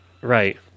Right